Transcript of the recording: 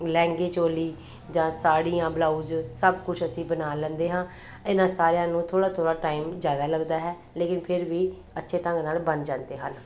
ਲਹਿੰਗੇ ਚੋਲੀ ਜਾਂ ਸਾੜੀਆਂ ਬਲਾਊਜ਼ ਸਭ ਕੁਝ ਅਸੀਂ ਬਣਾ ਲੈਂਦੇ ਹਾਂ ਇਹਨਾਂ ਸਾਰਿਆਂ ਨੂੰ ਥੋੜ੍ਹਾ ਥੋੜ੍ਹਾ ਟਾਈਮ ਜ਼ਿਆਦਾ ਲੱਗਦਾ ਹੈ ਲੇਕਿਨ ਫਿਰ ਵੀ ਅੱਛੇ ਢੰਗ ਨਾਲ ਬਣ ਜਾਂਦੇ ਹਨ